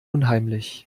unheimlich